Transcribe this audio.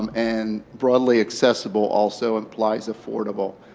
um and broadly accessible also implies affordable.